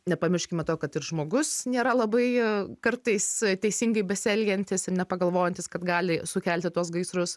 nepamirškime to kad ir žmogus nėra labai kartais teisingai besielgiantis ir nepagalvojantis kad gali sukelti tuos gaisrus